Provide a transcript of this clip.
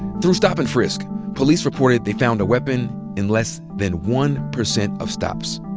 through stop and frisk, police reported they found a weapon in less than one percent of stops.